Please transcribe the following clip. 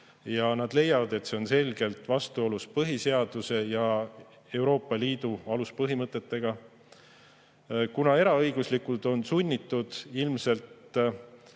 Nad leiavad, et see on selgelt vastuolus põhiseaduse ja Euroopa Liidu aluspõhimõtetega. Kuna eraõiguslikud [tegijad] on ilmselt